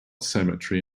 cemetery